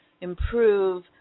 improve